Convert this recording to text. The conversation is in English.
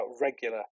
regular